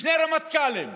שני רמטכ"לים,